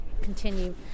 continue